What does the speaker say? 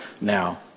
now